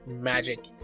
magic